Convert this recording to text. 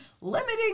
limiting